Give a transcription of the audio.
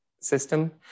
system